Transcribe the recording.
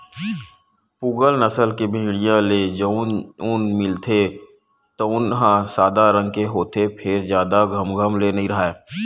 पूगल नसल के भेड़िया ले जउन ऊन मिलथे तउन ह सादा रंग के होथे फेर जादा घमघम ले नइ राहय